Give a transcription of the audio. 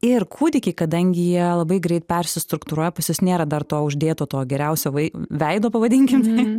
ir kūdikiai kadangi jie labai greit persistruktūruoja pas juos nėra dar to uždėto to geriausio veido pavadinkim